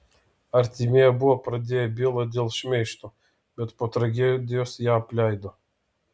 artimieji buvo pradėję bylą dėl šmeižto bet po tragedijos ją apleido